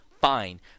fine